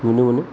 नुनो मोनो